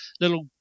little